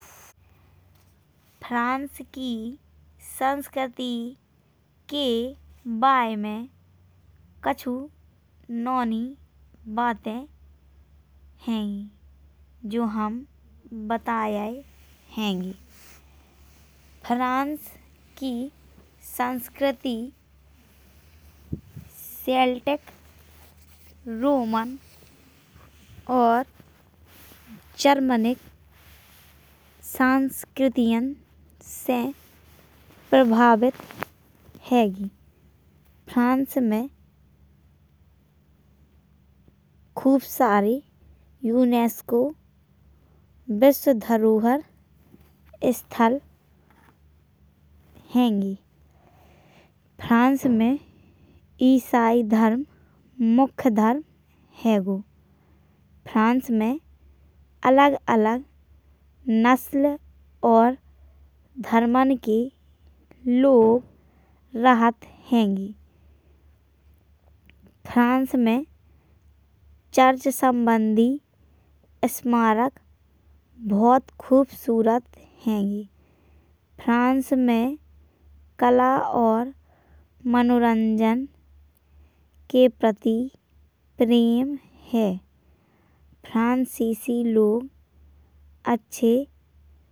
फ्रांस की संस्क्रति के बारे में कछु नईं बातें हेंगी जो हम बता रहे हेंगे। फ्रांस की संस्क्रति सेल्टिक रोमन और जर्मनिक संस्कृतियों से प्रभावित हेंगी। फ्रांस में खूब सारे युनेस्को विश्वधरोहर स्थल हें। फ्रांस में इसाई धर्म मुख्य धर्म है। फ्रांस में अलग-अलग नस्ल और धर्मों के लोग रहते हें। फ्रांस में चर्च संबंधी स्मारक बहुत खूबसूरत हेंगी। फ्रांस में कला और मनोरंजन के प्रति प्रेम है फ्रांसीसी लोग अच्छे हें।